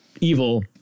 evil